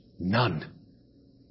None